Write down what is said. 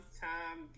time